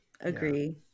Agree